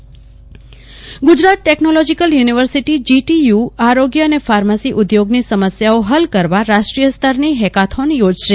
કલ્પના Shah Gujarat technological university GTU આરોગ્ય અને pharmacy ઉદ્યોગની સમસ્યાઓ હલ કરવા રાષ્ટ્રીય સ્તરની હેકાથોન યોજશે